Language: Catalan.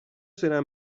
serà